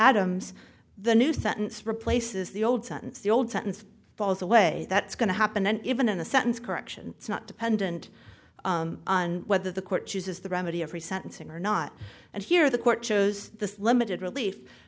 adams the new sentence replaces the old sentence the old sentence falls away that's going to happen and even in the sentence correction it's not dependent on whether the court chooses the remedy of free sentencing or not and here the court chose the limited relief